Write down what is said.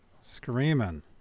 Screaming